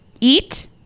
Eat